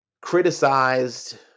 criticized